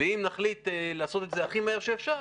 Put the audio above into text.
ואם נחליט לעשות את זה הכי מהיר שאפשר,